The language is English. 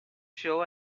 show